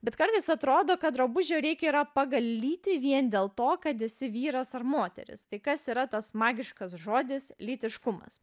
bet kartais atrodo kad drabužio reikia yra pagal lytį vien dėl to kad esi vyras ar moteris tai kas yra tas magiškas žodis lytiškumas